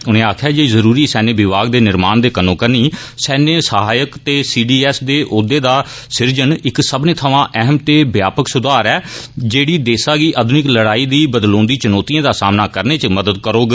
उनें आक्खेया जे जरूरी सैन्य विभाग दे निर्माण दे कन्नोकन्नी सैन्य सहायक ते सीडीएस दे औहदे दा सुजन इक सब्बनै थमां अहम ते व्यापक सुधार ऐ जेड़ी देसा गी आध्रनिक लड़ाई दी बदलोंदी चुनौतिए दा सामना करने इच मदद करौग